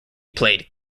played